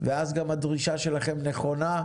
ואז גם הדרישה שלכם נכונה,